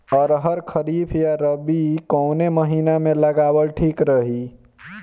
अरहर खरीफ या रबी कवने महीना में लगावल ठीक रही?